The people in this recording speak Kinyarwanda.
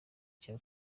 cyo